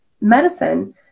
medicine